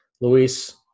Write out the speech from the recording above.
Luis